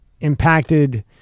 impacted